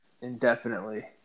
indefinitely